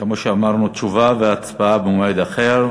כמו שאמרנו, תשובה והצבעה במועד אחר.